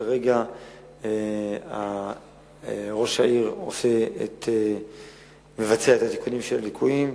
כרגע ראש העיר מבצע את תיקון הליקויים,